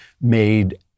made